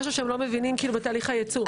שהם כאילו לא מבינים משהו בתהליך הייצוא.